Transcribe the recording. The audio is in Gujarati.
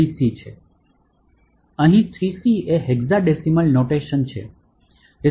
3C અહીં હેક્સાડેસિમલ નોટેશન છે